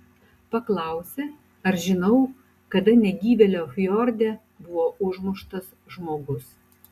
paklausė ar žinau kada negyvėlio fjorde buvo užmuštas žmogus